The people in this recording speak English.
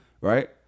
right